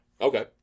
Okay